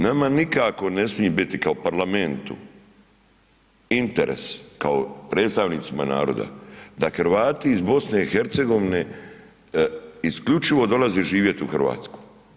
Nama nikako ne smije biti kao parlamentu interes, kao predstavnicima naroda, da Hrvati iz BiH isključivo dolaze živjeti u Hrvatsku.